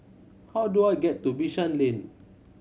how do I get to Bishan Lane